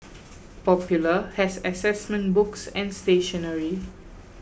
popular has assessment books and stationery